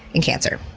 and cancer.